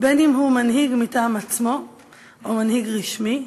בין שהוא מנהיג מטעם עצמו או מנהיג רשמי,